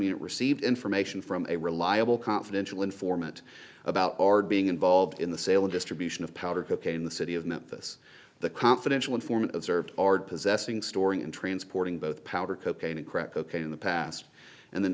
unit received information from a reliable confidential informant about being involved in the sale of distribution of powder cocaine in the city of memphis the confidential informant observed ard possessing storing and transporting both powder cocaine and crack cocaine in the past and then